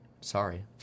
sorry